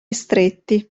stretti